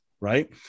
right